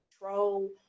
control